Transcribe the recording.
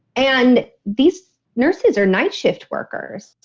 and these nurses are night shift workers.